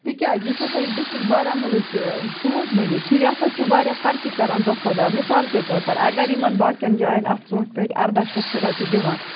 تِکیٛازِ یُس ہسا یہِ ڈِسٹرک بارہمولہٕچ ژوٗنٛٹھۍ مٔنٛڈِ چھِ یہِ ہسا چھِ وارِیاہ ترقی کران دۄہ کھۄتہٕ دۄہ مِثال کے طور پر اگر یِمن باقین جایَن اَتھ ژوٗنٛٹھۍ پٮ۪ٹھ اَرداہ شَتھ چھِ رۄپیہِ دِوان